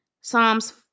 Psalms